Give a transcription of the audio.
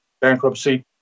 bankruptcy